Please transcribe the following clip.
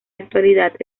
actualidad